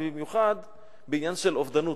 במיוחד בעניין של אובדנות.